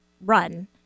run